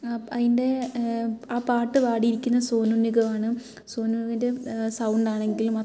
ആ അപ്പം അതിൻ്റെ ആ പാട്ട് പാടിയിരിക്കുന്നത് സോനു നിഗം ആണ് സോനുവിൻ്റെ സൗണ്ടാണെങ്കിലും